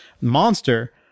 Monster